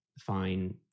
fine